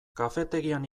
kafetegian